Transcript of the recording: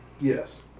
Yes